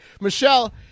Michelle